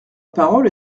parole